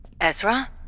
Ezra